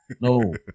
no